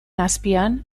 azpian